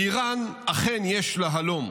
באיראן אכן יש להלום,